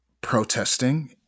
protesting